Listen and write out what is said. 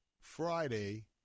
Friday